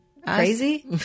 Crazy